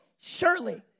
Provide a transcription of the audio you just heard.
surely